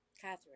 Catherine